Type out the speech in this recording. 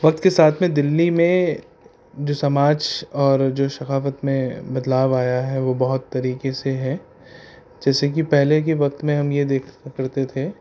وقت کے ساتھ میں دہلی میں جو سماج اور جو ثقافت میں بدلاؤ آیا ہے وہ بہت طریقے سے ہے جیسے کہ پہلے کے وقت میں ہم یہ دیکھا کرتے تھے